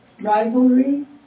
rivalry